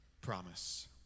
promise